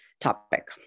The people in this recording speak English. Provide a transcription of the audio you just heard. topic